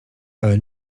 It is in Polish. ale